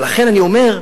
ולכן אני אומר: